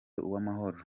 uwamahoro